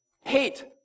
hate